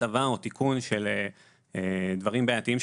הטבה או תיקון של דברים בעייתים,